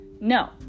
No